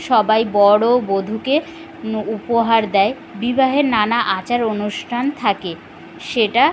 সবাই বর ও বধূকে মো উপহার দেয় বিবাহের নানা আচার অনুষ্ঠান থাকে সেটা